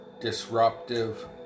disruptive